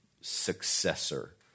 successor